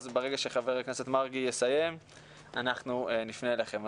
אז ברגע שח"כ מרגי יסיים אנחנו נפנה אליכם.